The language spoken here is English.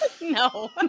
No